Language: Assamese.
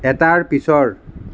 এটাৰ পিছৰ